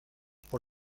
por